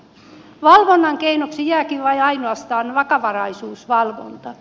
valvonnan keinoksi jääkin ainoastaan vakavaraisuusvalvonta